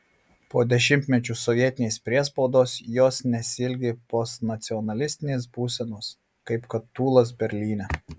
po dešimtmečių sovietinės priespaudos jos nesiilgi postnacionalinės būsenos kaip kad tūlas berlyne